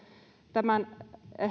tämän